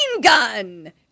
gun